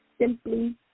simply